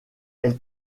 elle